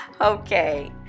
Okay